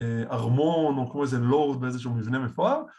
ארמון, או כמו איזה לורד באיזשהו מבנה מפואר